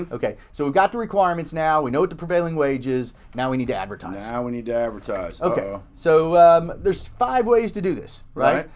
ah okay, so we've got the requirements, now we know what the prevailing wage is, now we need to advertise. now we need to advertise. okay, so there five ways to do this, right?